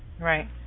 Right